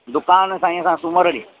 दुकानु साईं असां सूमरु ॾींहुं